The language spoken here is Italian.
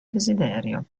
desiderio